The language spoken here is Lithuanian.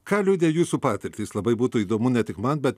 ką liudija jūsų patirtys labai būtų įdomu ne tik man bet